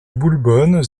boulbonne